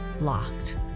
locked